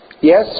Yes